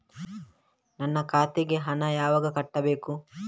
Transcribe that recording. ನನ್ನ ಖಾತೆಗೆ ಹಣ ಯಾವಾಗ ಕಟ್ಟಬೇಕು?